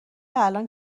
الان